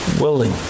willing